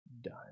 done